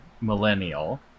millennial